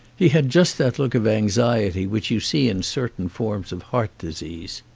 he had just that look of anxiety which you see in certain forms of heart disease.